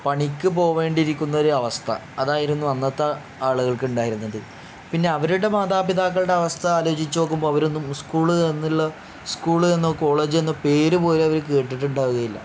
പണിക്ക് പോകേണ്ടി ഇരിക്കുന്ന ഒരു അവസ്ഥ അതായിരുന്നു അന്നത്തെ ആളുകൾക്ക് ഉണ്ടായിരുന്നത് പിന്നെ അവരുടെ മാതാപിതാക്കളുടെ അവസ്ഥ ആലോചിച്ച് നോക്കുമ്പോൾ അവരൊന്നും സ്കൂൾ എന്നുള്ള സ്കൂൾ എന്നോ കോളേജ് എന്നോ പേര് പോലും അവർ കേട്ടിട്ടുണ്ടാവുകയില്ല